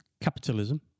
capitalism